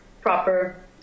proper